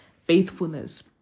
faithfulness